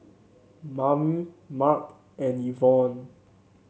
Mayme Marc and Yvonne